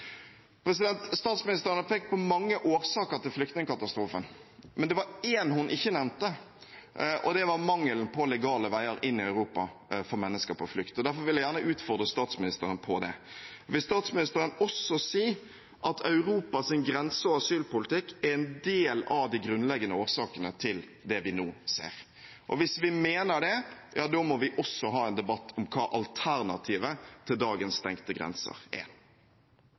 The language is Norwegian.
Statsministeren har pekt på mange årsaker til flyktningekatastrofen, men det var en hun ikke nevnte, og det er mangelen på legale veier inn i Europa for mennesker på flukt. Derfor vil jeg gjerne utfordre statsministeren på det. Vil statsministeren si at Europas grense- og asylpolitikk er en del av årsakene til det vi nå ser? Hvis vi mener det, må vi også ha en debatt om hva alternativet til dagens stengte grenser er. Vi tar imot invitasjonen til dialog i Stortinget. Vi er glade for at regjeringen nå ser at det er